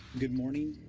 good morning.